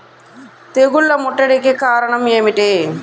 తెగుళ్ల ముట్టడికి కారణం ఏమిటి?